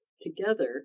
together